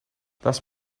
this